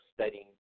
studying